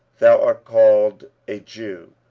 thou art called a jew,